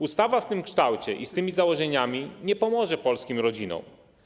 Ustawa w tym kształcie i z tymi założeniami nie pomoże polskim rodzinom.